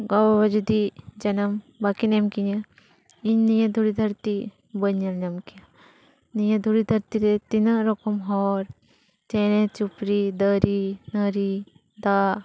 ᱜᱚ ᱵᱟᱵᱟ ᱡᱩᱫᱤ ᱡᱟᱱᱟᱢ ᱵᱟᱠᱤᱱ ᱮᱢ ᱠᱤᱧᱟᱹ ᱤᱧ ᱱᱤᱭᱟᱹ ᱫᱷᱩᱲᱤ ᱫᱷᱟᱹᱨᱛᱤ ᱵᱟᱹᱧ ᱧᱮᱞ ᱧᱟᱢ ᱠᱮᱭᱟ ᱱᱤᱭᱟᱹ ᱫᱷᱩᱲᱤ ᱫᱷᱟᱹᱨᱛᱤ ᱨᱮ ᱛᱤᱱᱟᱹᱜ ᱨᱚᱠᱚᱢ ᱦᱚᱲ ᱪᱮᱬᱮ ᱪᱩᱯᱨᱤ ᱫᱟᱨᱮ ᱱᱟᱹᱲᱤ ᱫᱟᱜ